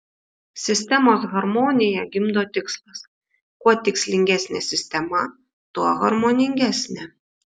sistemos harmoniją gimdo tikslas kuo tikslingesnė sistema tuo harmoningesnė